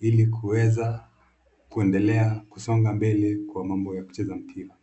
ili kuweza kuendelea kusonga mbele kwa mambo ya kucheza mpira.